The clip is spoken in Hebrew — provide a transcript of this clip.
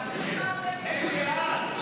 23 לא נתקבלה.